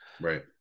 Right